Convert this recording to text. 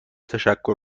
تشکر